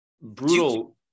brutal